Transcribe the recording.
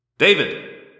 David